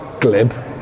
glib